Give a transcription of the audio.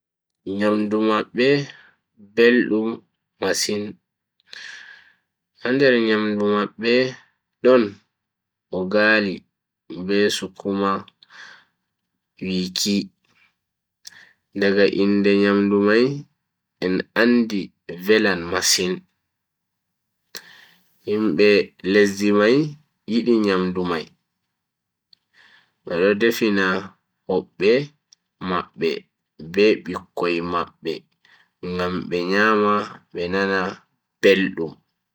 Nyamdu mabbe beldum masin, ha nder nyamdu mabbe don, ugali be sukuma wiki. Daga inde nyamdu mai en andi velan masin. himbe lesdi mai yidi nyamdu mai. bedo defina hobbe mabbe be bikkoi mabbe ngam be nyama be nana beldum.